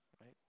right